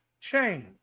change